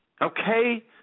Okay